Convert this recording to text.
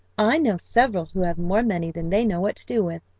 i know several who have more money than they know what to do with.